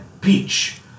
peach